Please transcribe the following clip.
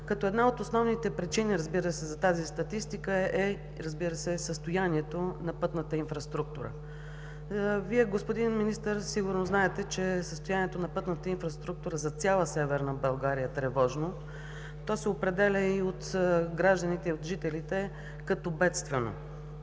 като една от основните причини, разбира се, за тази статистика е състоянието на пътната инфраструктура. Вие, господин Министър, сигурно знаете, че състоянието на пътната инфраструктура за цяла Северна България е тревожно. То се определя от гражданите и от жителите като бедствено.